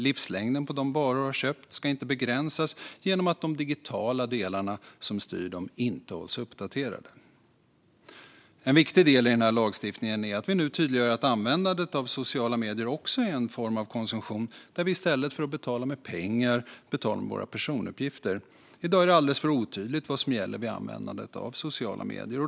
Livslängden på varor man har köpt ska inte begränsas genom att de digitala delarna som styr dem inte hålls uppdaterade. En viktig del i den här lagstiftningen är att vi nu tydliggör att användandet av sociala medier också är en form av konsumtion där vi i stället för att betala med pengar betalar med våra personuppgifter. I dag är det alldeles för otydligt vad som gäller vid användandet av sociala medier.